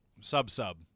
Sub-sub